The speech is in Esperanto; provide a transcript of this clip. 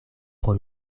pro